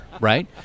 right